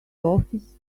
office